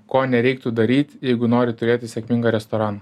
ko nereiktų daryt jeigu nori turėti sėkmingą restoraną